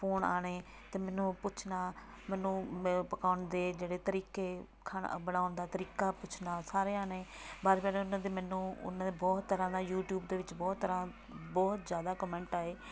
phone ਆਉਣੇ ਅਤੇ ਮੈਨੂੰ ਪੁੱਛਣਾ ਮੈਨੂੰ ਮ ਪਕਾਉਣ ਦੇ ਜਿਹੜੇ ਤਰੀਕੇ ਖਾਣਾ ਬਣਾਉਣ ਦਾ ਤਰੀਕਾ ਪੁੱਛਣਾ ਸਾਰਿਆਂ ਨੇ ਬਾਅਦ ਫਿਰ ਉਹਨਾਂ ਦੇ ਮੈਨੂੰ ਉਹਨਾਂ ਦੇ ਬਹੁਤ ਤਰ੍ਹਾਂ ਦਾ ਯੂਟੀਊਬ ਦੇ ਵਿੱਚ ਬਹੁਤ ਤਰ੍ਹਾਂ ਬਹੁਤ ਜ਼ਿਆਦਾ ਕਮੈਂਟ ਆਏ